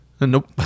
Nope